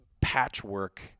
patchwork